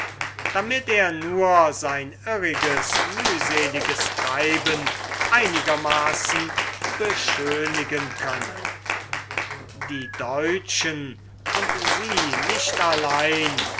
damit er nur sein irriges mühseliges treiben einigermaßen beschönigen könne die deutschen und sie nicht allein